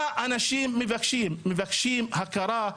מה אנשים מבקשים מבקשים הכרה,